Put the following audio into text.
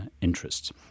interests